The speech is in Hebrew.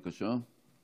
בבקשה.